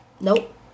nope